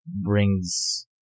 brings